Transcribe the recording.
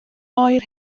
oer